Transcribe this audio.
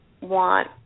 want